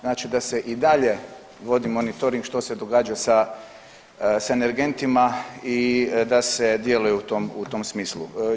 Znači da se i dalje vodi monitoring što se događa sa, sa energentima i da se djeluje u tom smislu.